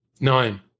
Nine